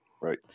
Right